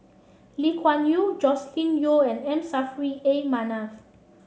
Lee Kuan Yew Joscelin Yeo and M Saffri A Manaf